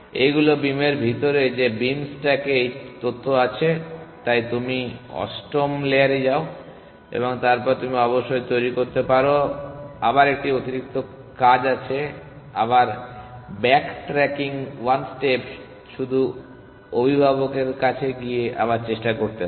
এই গুলো বীমের ভিতরে যে বিম স্ট্যাকে এই তথ্য আছে তাই তুমি অষ্টম লেয়ারে যাও এবং তারপর তুমি অবশ্যই তৈরী করতে পারো আবার একটি অতিরিক্ত কাজ আছে আবার ব্যাক ট্র্যাকিং 1 স্টেপ শুধু অভিভাবকের কাছে গিয়ে আবার চেষ্টা করতে হবে